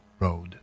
Road